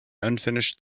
unfinished